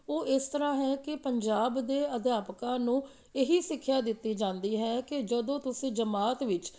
ਉਹ ਇਸ ਤਰ੍ਹਾਂ ਹੈ ਕਿ ਪੰਜਾਬ ਦੇ ਅਧਿਆਪਕਾਂ ਨੂੰ ਇਹੀ ਸਿੱਖਿਆ ਦਿੱਤੀ ਜਾਂਦੀ ਹੈ ਕਿ ਜਦੋਂ ਤੁਸੀਂ ਜਮਾਤ ਵਿੱਚ